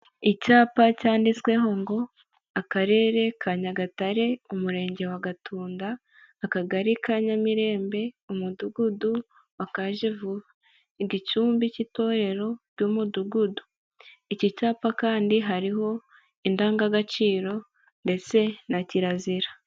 Icyapa cyanditsweho ngo Akarere ka Nyagatare, Umurenge wa Gatunda, Akagari ka Nyamirembe, Umudugudu wa Kajevuba, igicumbi cy'itorero ry'Umudugudu, iki cyapa kandi hariho indangagaciro ndetse na kirazira.